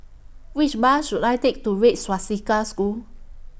Which Bus should I Take to Red Swastika School